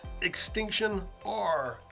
ExtinctionR